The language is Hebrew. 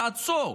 תעצור,